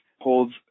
holds